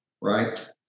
right